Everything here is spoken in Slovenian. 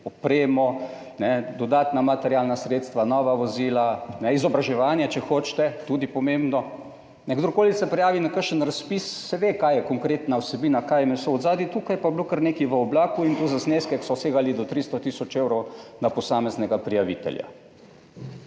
opremo, dodatna materialna sredstva, nova vozila, izobraževanje, če hočete tudi pomembno. Kdorkoli se prijavi na kakšen razpis se ve kaj je konkretna vsebina, kaj je meso od zadaj, tukaj pa je bilo kar nekaj v oblaku in to za zneske, ki so segali do 300.000 evrov na posameznega prijavitelja.